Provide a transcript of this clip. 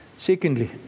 Secondly